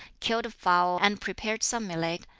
killed a fowl and prepared some millet,